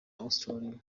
australia